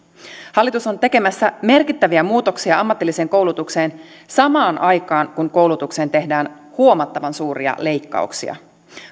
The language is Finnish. hallitus on tekemässä merkittäviä muutoksia ammatilliseen koulutukseen samaan aikaan kun koulutukseen tehdään huomattavan suuria leikkauksia